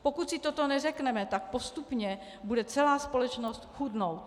Pokud si toto neřekneme, tak postupně bude celá společnost chudnout.